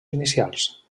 inicials